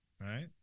Right